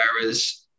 Whereas